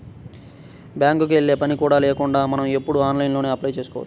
బ్యేంకుకి యెల్లే పని కూడా లేకుండా మనం ఇప్పుడు ఆన్లైన్లోనే అప్లై చేసుకోవచ్చు